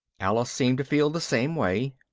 alice seemed to feel the same way.